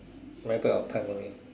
matter of time only